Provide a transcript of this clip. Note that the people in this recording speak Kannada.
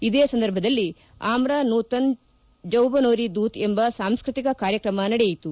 ಇದೇ ಸಂದರ್ಭದಲ್ಲಿ ಆಮ್ರಾ ನೂತನ್ ಜೌಬೊನೇರಿ ದೂತ್ ಎಂಬ ಸಾಂಸ್ಟ್ರತಿಕ ಕಾರ್ಯಕ್ರಮ ನಡೆಯಿತು